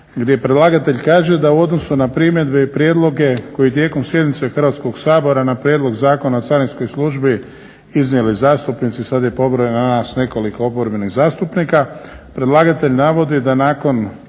predlagatelj kaže da u odnosu na primjedbe i prijedloge koje su tijekom sjednice Hrvatskog sabora na Prijedlog zakona o Carinskoj službi iznijeli zastupnici, sad je pobrojano nas nekoliko oporbenih zastupnika, predlagatelj navodi da nakon